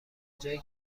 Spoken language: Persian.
جایی